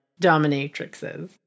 dominatrixes